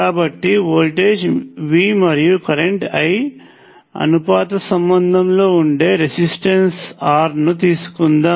కాబట్టి voltage V మరియు current I అనుపాత సంబంధంలో ఉండే రెసిస్టెన్స్ R ను తీసుకుందాం